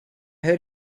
heard